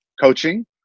coaching